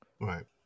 Right